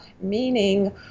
meaning